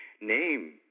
name